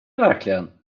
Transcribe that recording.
verkligen